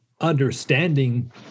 understanding